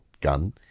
gun